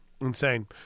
Insane